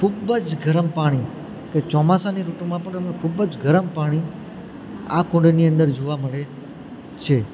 ખૂબ જ ગરમ પાણી કે ચોમાસાની ઋતુમાં પણ તમને ખૂબ જ ગરમ પાણી આ કુંડની અંદર જોવા મળે છે